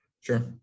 Sure